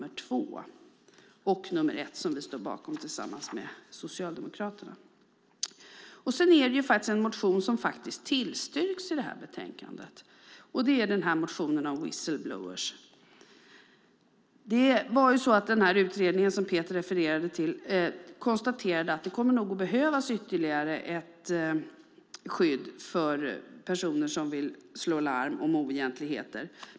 Jag yrkar också bifall till reservation 1 som vi tillsammans med Socialdemokraterna står bakom. En motion i betänkandet som faktiskt tillstyrks handlar om whistle-blowers. Den utredning som Peter Hultqvist refererat till konstaterade att det nog kommer att behövas ytterligare skydd för personer som vill slå larm om oegentligheter.